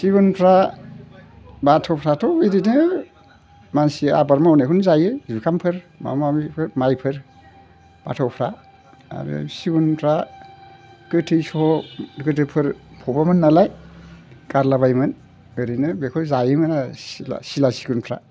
सिगुनफ्रा बाथ'फ्राथ' बिदिनो मानसि आबाद मावनायखौनो जायो जुखामफोर माबा माबिफोर माइफोर बाथ'फ्रा आरो सिगुनफ्रा गोथैस' गोदोफोर फबोमोन नालाय गारलाबायोमोन ओरैनो बेखौ जायोमोन आरो सिला सिगुनफ्रा